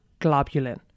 Globulin